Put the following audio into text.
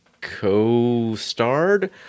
co-starred